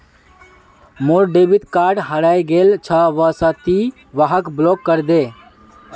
मोर debit card हरइ गेल छ वा से ति वहाक ब्लॉक करे दे